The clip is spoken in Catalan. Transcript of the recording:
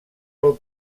pel